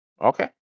okay